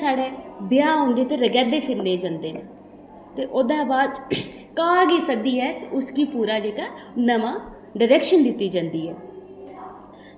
ते एह्दे च डिफरेंट डिफरेंट वैरायटियां औंदियां न ते जियां साढ़े ब्याह् होंदे ते रक्खादै फिरनै गी जंदे ते ओह्दे कशा बाद च ते कांऽ गी सद्दियै ओह् उसी पूरी ड्रेक्शन दित्ती जंदी ऐ